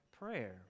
prayer